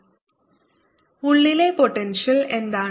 rRVr0r0Rr2dr4πρR34π×30r14π0Qr ഉള്ളിലെ പോട്ടെൻഷ്യൽ എന്താണ്